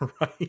Right